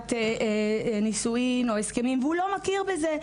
פקיעת הסכמים ונשואים והוא לא מכיר בזה,